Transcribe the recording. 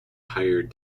hired